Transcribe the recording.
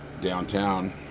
downtown